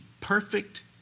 perfect